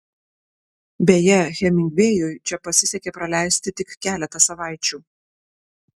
beje hemingvėjui čia pasisekė praleisti tik keletą savaičių